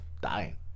dying